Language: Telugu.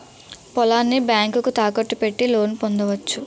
పొలాన్ని బ్యాంకుకు తాకట్టు పెట్టి లోను పొందవచ్చు